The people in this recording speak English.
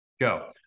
Go